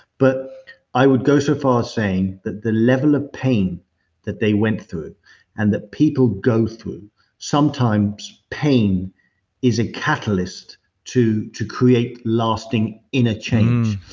but i would go so far as saying that the level of pain that they went through, and that people go through sometimes pain is a catalyst to to create lasting inner change.